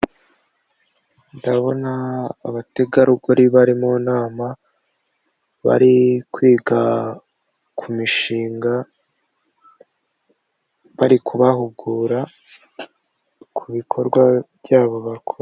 Ndabona abategarugori bari mu nama bari kwiga ku mishinga bari kubahugura ku bikorwa byabo bakora.